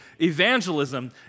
evangelism